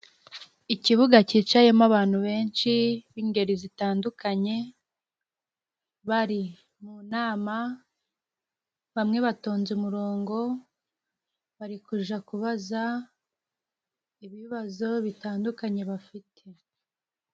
Ikibuga cyicayemo abantu benshi b'ingeri zitandukanye, bari mu nama. Bamwe batonze umurongo bari kuja kubaza ibibazo bitandukanye bafite.